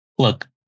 Look